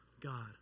God